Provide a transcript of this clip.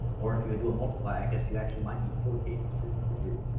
or if you would do a multiplier, i guess you actually might need four cases to to do.